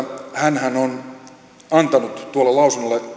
hänhän on antanut tuolle lausunnolle